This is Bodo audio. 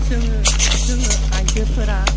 जोङो आयजोफोरा